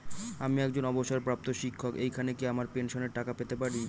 আমি একজন অবসরপ্রাপ্ত শিক্ষক এখানে কি আমার পেনশনের টাকা পেতে পারি?